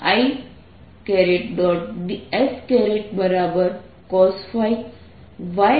scosϕ yRsinϕ અને j